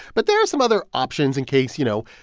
but there are some other options in case, you know,